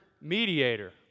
mediator